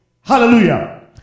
hallelujah